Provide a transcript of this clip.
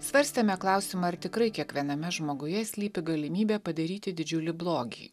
svarstėme klausimą ar tikrai kiekviename žmoguje slypi galimybė padaryti didžiulį blogį